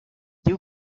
you